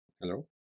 hello